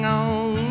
on